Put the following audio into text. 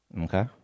Okay